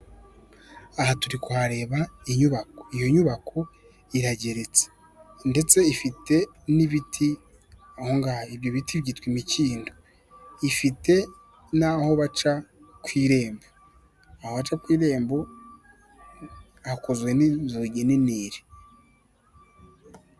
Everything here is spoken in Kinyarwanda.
Aha turi kuhareba inyubako iyo nyubako irageretse ndetse ifite n'ibiti ahongaho, ibyo biti byitwa imikindo ifite n'aho baca ku irembo, abaca ku irembo hakozwe n'inzugi niniri.